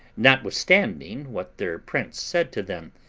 notwithstanding what their prince said to them,